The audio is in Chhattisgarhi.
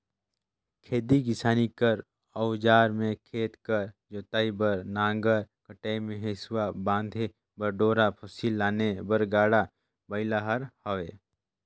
खेती किसानी कर अउजार मे खेत कर जोतई बर नांगर, कटई मे हेसुवा, बांधे बर डोरा, फसिल लाने बर गाड़ा बइला हर हवे